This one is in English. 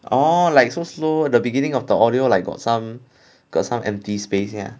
orh like so slow the beginning of the audio like got some got some empty space yeah